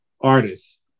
artists